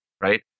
right